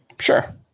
Sure